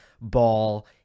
ball